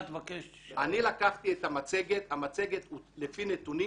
אני לקחתי את המצגת והיא הוכנה לפי נתונים